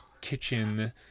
kitchen